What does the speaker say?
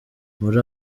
muri